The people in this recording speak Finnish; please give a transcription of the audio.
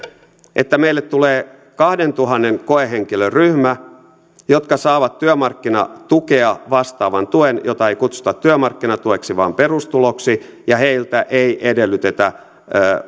että meille tulee kahdentuhannen koehenkilön ryhmä jotka saavat työmarkkinatukea vastaavan tuen jota ei kutsuta työmarkkinatueksi vaan perustuloksi ja heiltä ei edellytetä